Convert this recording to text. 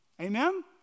Amen